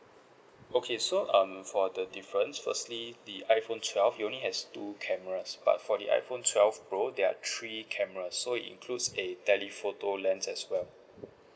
okay so um for the difference firstly the iphone twelve it only has two cameras but for the iphone twelve pro there are three cameras so it includes a telephoto lens as well